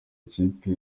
ikipe